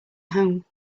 home